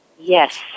Yes